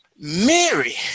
Mary